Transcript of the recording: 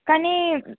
కానీ